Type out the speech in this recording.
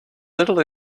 little